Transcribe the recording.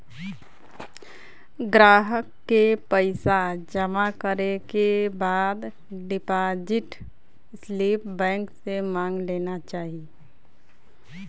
ग्राहक के पइसा जमा करे के बाद डिपाजिट स्लिप बैंक से मांग लेना चाही